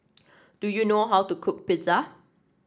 do you know how to cook Pizza